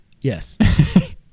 Yes